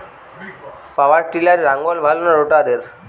পাওয়ার টিলারে লাঙ্গল ভালো না রোটারের?